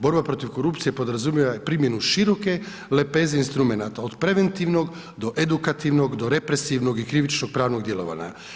Borba protiv korupcije, podrazumijeva primjenu široke lepeze instrumenata, od preventivnog do edukativnog, do represivnog i krivičnog pravnog djelovanja.